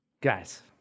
Guys